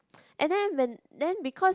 and then when then because